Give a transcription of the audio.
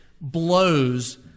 blows